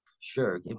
Sure